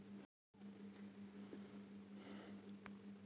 का व्यापार बर ऋण मिल सकथे?